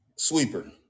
sweeper